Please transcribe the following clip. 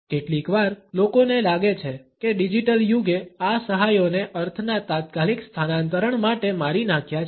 કેટલીકવાર લોકોને લાગે છે કે ડિજિટલ યુગે આ સહાયોને અર્થના તાત્કાલિક સ્થાનાંતરણ માટે મારી નાખ્યા છે